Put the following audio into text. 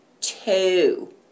two